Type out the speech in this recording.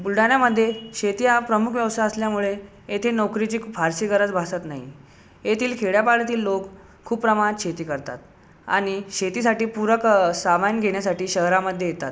बुलढाण्यामध्ये शेती हा प्रमुख व्यवसाय असल्यामुळे येथे नोकरीची फारशी गरज भासत नाही येथील खेड्यापाड्यातील लोक खूप प्रमाणात शेती करतात आणि शेतीसाठी पूरक सामान घेण्यासाठी शहरामध्ये येतात